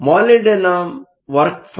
molybdenum work function function 4